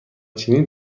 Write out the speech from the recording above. چینی